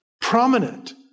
prominent